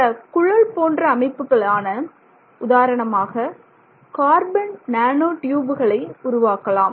பல குழல் போன்ற அமைப்புகளான உதாரணமாக கார்பன் நானோ ட்யூபுகளை உருவாக்கலாம்